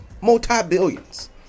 Multi-billions